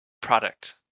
product